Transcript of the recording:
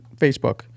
Facebook